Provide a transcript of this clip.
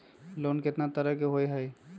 Loan केतना तरह के होअ हई?